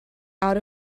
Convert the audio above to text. out